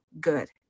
good